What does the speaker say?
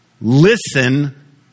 listen